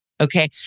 Okay